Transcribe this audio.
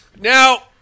Now